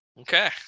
Okay